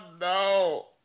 no